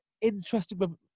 interesting